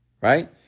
Right